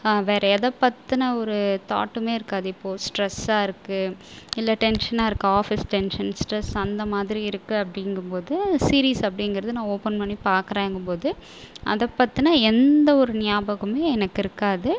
வேறு எதை பற்றின ஒரு தாட்டுமே இருக்காது இப்போது ஸ்ட்ரஸ்சாக இருக்குது இல்லை டென்ஷனாக இருக்குது ஆபீஸ் டென்ஷன் ஸ்ட்ரஸ் அந்த மாதிரி இருக்குது அப்படிங்கும் போது சீரிஸ் அப்படிங்கிறது நான் ஓபன் பண்ணி பார்க்கிறேங்கும் போது அதை பற்றின எந்த ஒரு ஞாபகமும் எனக்கு இருக்காது